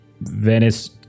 venice